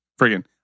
friggin